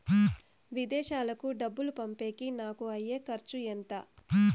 విదేశాలకు డబ్బులు పంపేకి నాకు అయ్యే ఖర్చు ఎంత?